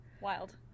Wild